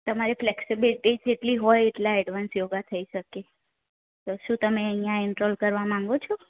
તમારે ફ્લેક્સિબિલિટી જેટલી હોય એટલા એડવાન્સ યોગા થઈ શકે તો શું તમે અહીંયા એનરોલ કરવા માંગો છો